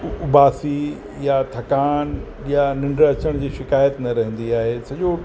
उबासी या थकान या निंड अचण जी शिकायत न रहंदी आहे सॼो